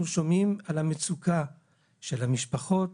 אנחנו שומעים על המצוקה של המשפחות,